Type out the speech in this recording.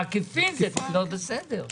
בעקיפין זה --- עוד בסדר.